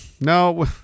no